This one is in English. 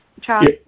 Charles